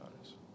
honest